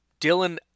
Dylan